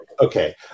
Okay